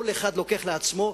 כל אחד לוקח לעצמו,